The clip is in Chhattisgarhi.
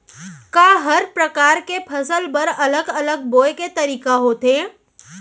का हर प्रकार के फसल बर अलग अलग बोये के तरीका होथे?